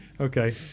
Okay